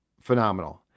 phenomenal